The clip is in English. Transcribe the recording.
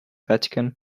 vatican